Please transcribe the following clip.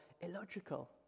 illogical